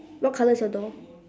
what colour is your door